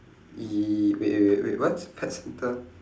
ye~ wait wait wait what pet centre